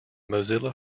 mozilla